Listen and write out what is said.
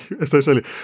essentially